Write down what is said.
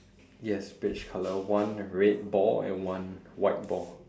yes beige color one red ball and one white ball